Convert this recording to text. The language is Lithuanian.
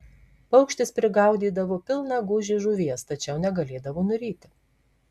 paukštis prigaudydavo pilną gūžį žuvies tačiau negalėdavo nuryti